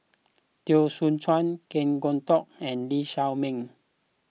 Teo Soon Chuan Kan Kwok Toh and Lee Shao Meng